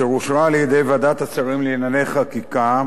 אשר אושרה על-ידי ועדת השרים לענייני חקיקה,